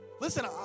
Listen